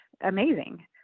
amazing